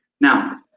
Now